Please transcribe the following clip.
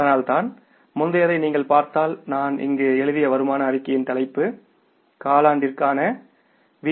அதனால்தான் முந்தையதை நீங்கள் பார்த்தால் நான் இங்கு எழுதிய வருமான அறிக்கையின் தலைப்பு காலாண்டிற்கான வி